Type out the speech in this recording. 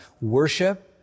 worship